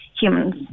humans